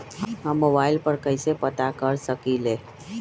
हम मोबाइल पर कईसे पता कर सकींले?